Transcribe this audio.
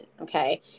okay